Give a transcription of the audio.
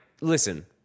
listen